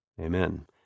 Amen